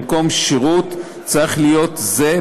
במקום "שירות" צריך להיות "זה,